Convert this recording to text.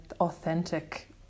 authentic